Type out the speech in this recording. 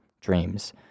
dreams